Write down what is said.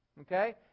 Okay